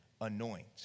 anoint